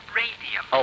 radium